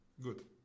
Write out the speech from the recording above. good